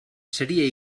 seria